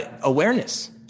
awareness